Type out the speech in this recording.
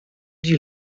die